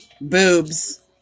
Boobs